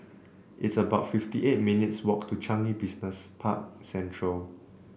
it's about fifty eight minutes' walk to Changi Business Park Central